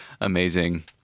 amazing